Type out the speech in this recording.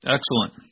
Excellent